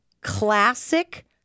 classic